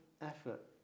effort